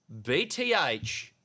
BTH